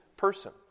Person